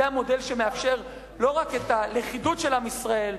המודל הזה מאפשר לא רק את הלכידות של עם ישראל,